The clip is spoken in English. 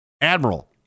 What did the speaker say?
Admiral